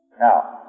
Now